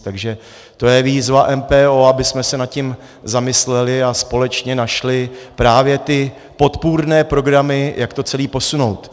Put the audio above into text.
Takže to je výzva MPO, abychom se nad tím zamysleli a společně našli právě ty podpůrné programy, jak to celé posunout.